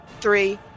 three